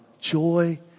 joy